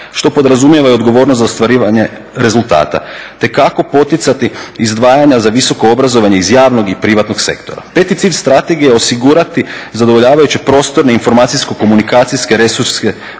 što podrazumijeva i odgovornost za ostvarivanje rezultata te kako poticati izdvajanja za visoko obrazovanje iz javnog i privatnog sektora. Peti cilj strategije je osigurati zadovoljavajuće prostorne informacijsko-komunikacijske resurse